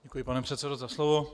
Děkuji, pane předsedo, za slovo.